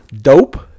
dope